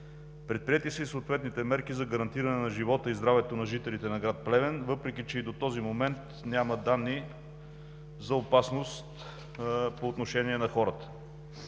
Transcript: Предприети са и съответните мерки за гарантиране на живота и здравето на жителите на град Плевен, въпреки че до този момент няма данни за опасност по отношение на хората.